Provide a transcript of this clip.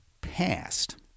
past